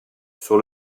sur